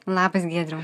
labas giedriau